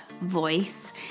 voice